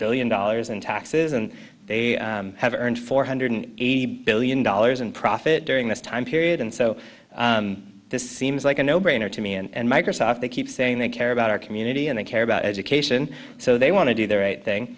billion dollars in taxes and they have earned four hundred eighty billion dollars in profit during this time period and so this seems like a no brainer to me and microsoft they keep saying they care about our community and they care about education so they want to do the right thing